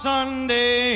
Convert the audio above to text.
Sunday